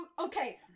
Okay